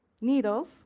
needles